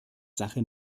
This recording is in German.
sache